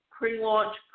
pre-launch